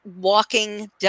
walking